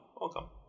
Welcome